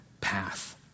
path